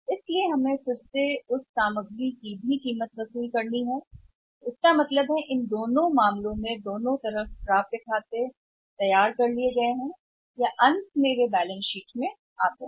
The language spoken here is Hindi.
इसलिए हमें फिर से उन की कीमत वसूल करनी होगी माल भी है तो इसका मतलब है कि दोनों स्थितियों में हम दोनों पक्षों के खाते रसीदें तैयार की गई हैं या वे अपनी उपस्थिति के लिए आ रहे हैं और अंत में वे बैलेंस शीट पर आते हैं